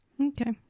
Okay